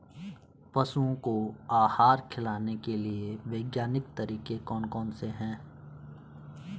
पशुओं को आहार खिलाने के लिए वैज्ञानिक तरीके कौन कौन से हैं?